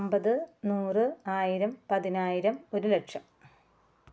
അൻപത് നൂറ് ആയിരം പതിനായിരം ഒരുലക്ഷം